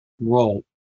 role